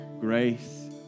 grace